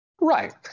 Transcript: Right